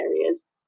areas